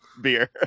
beer